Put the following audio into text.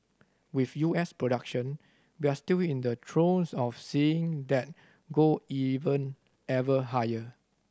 with U S production we're still in the throes of seeing that go even ever higher